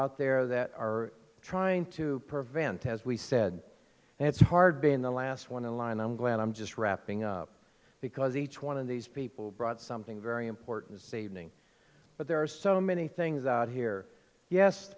out there that are trying to prevent as we said and it's hard being the last one in line i'm glad i'm just wrapping up because each one of these people brought something very important saving but there are so many things out here yes